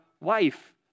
wife